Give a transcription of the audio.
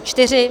4.